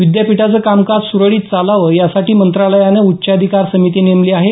विद्यापीठाचं कामकाज सुरळीत चालावं यासाठी मंत्रालयानं उच्चाधिकार समिती नेमली आहे